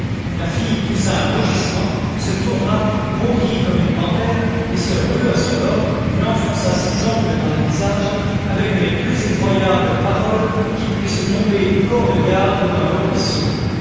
la fille poussa un rugissement se tourna bondit comme une panthère et se rua sur l'homme lui enfonçant ses ongles dans le visage avec les plus effroyables paroles qui puissent tomber du corps de garde dans le ruisseau